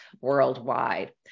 worldwide